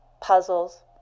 puzzles